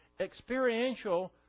experiential